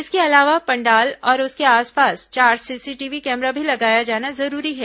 इसके अलावा पंडाल और उसके आसपास चार सीसीटीवी कैमरा भी लगाया जाना जरूरी है